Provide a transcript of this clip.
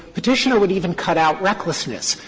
petitioner would even cut out recklessness.